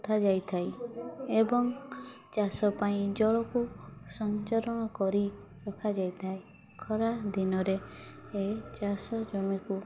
ପଠା ଯାଇଥାଏ ଏବଂ ଚାଷ ପାଇଁ ଜଳକୁ ସଂଚରଣ କରି ରଖାଯାଇଥାଏ ଖରାଦିନରେ ଏହି ଚାଷ ଜମିକୁ